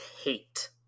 hate